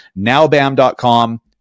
NowBAM.com